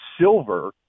silver